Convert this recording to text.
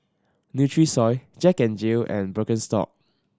Nutrisoy Jack N Jill and Birkenstock